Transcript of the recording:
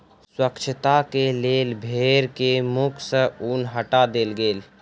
स्वच्छता के लेल भेड़ के मुख सॅ ऊन हटा देल गेल